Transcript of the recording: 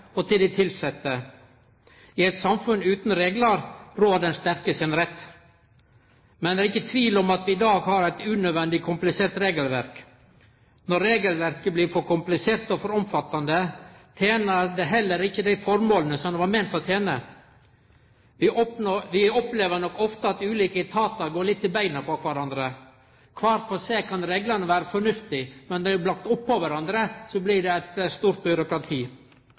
og til dei tilsette. I eit samfunn utan reglar rår den sterke sin rett. Men det er ikkje tvil om at vi i dag har eit unødvendig komplisert regelverk. Når regelverket blir for komplisert og for omfattande, tener det heller ikkje dei formåla som det er meint å tene. Vi opplever nok ofte at ulike etatar går litt i beina på kvarandre. Kvar for seg kan reglane vere fornuftige, men når dei er lagde oppå kvarandre, blir det eit stort byråkrati.